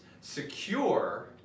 secure